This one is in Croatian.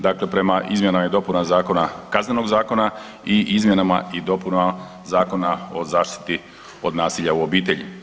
Dakle prema izmjenama i dopunama Kaznenoga zakona i izmjenama i dopunama Zakona o zaštiti od nasilja u obitelji.